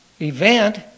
event